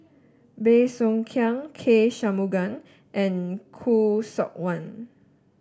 Bey Soo Khiang K Shanmugam and Khoo Seok Wan